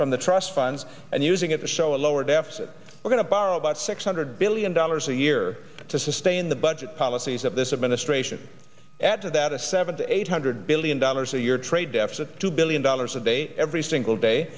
from the trust funds and using it to show a lower deficit we're going to borrow about six hundred billion dollars a year to sustain the budget policies of this administration add to that a seven to eight hundred billion dollars a year trade deficit two billion dollars a day every single day